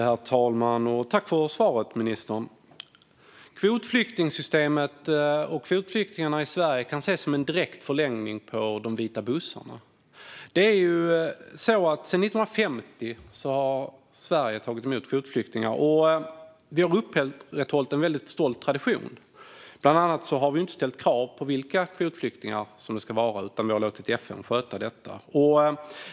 Herr talman! Jag tackar ministern för svaret. Kvotflyktingsystemet och kvotflyktingarna i Sverige kan ses som en direkt förlängning av de vita bussarna. Sedan 1950 har Sverige tagit emot kvotflyktingar, och vi har upprätthållit en väldigt stolt tradition. Vi har bland annat inte ställt krav på vilka kvotflyktingar som det ska vara, utan vi har låtit FN sköta det.